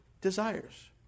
desires